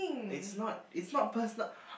it's not it's not personal